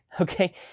Okay